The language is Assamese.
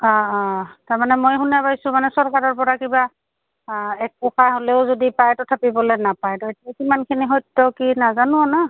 অঁ অঁ তাৰমানে মই শুনা পাইছোঁ মানে চৰকাৰৰ পৰা কিবা এক হ'লেও যদি পায় তথাপি বোলে নাপায় এতিয়া কিমানখিনি সত্য কি নাজানো আৰু ন